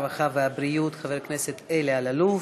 הרווחה והבריאות חבר הכנסת אלי אלאלוף.